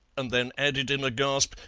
and then added in a gasp,